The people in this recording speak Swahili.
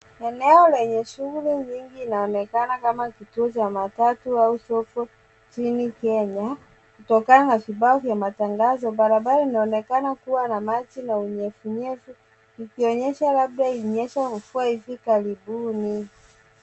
Eneo lenye shughuli nyingi laonekana kama kituo cha magari, watu au soko nchini Kenya, kutokana na vibao vya matangazo. Barabara inaonekana kuwa na maji na unyevu unyevu, ikionyesha labda ilinyesha mvua hivi karibuni.